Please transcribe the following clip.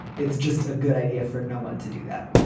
it's just a good idea for no one to do that